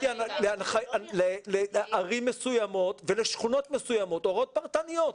נתתי לערים מסוימות ולשכונות מסוימות הוראות פרטניות.